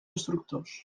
instructors